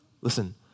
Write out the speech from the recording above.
Listen